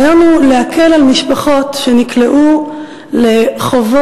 הרעיון הוא להקל על משפחות שנקלעו לחובות